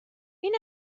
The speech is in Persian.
این